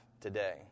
today